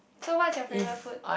so what's your favourite food